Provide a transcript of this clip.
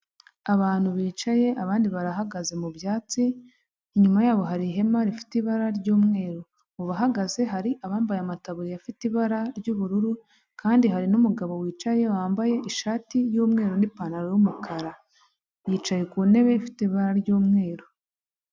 Abantu bicaye abandi barahagaze mu byatsi inyuma yabo hari ihema rifite ibara ry'umweru, mu bahagaze hari abambaye amatabuririya afite ibara ry'ubururu kandi hari' numugabo wicaye wambaye ishati y'umweru n'ipantaro y'umukara yicaye ku ntebe ifite ibara ry'umweru.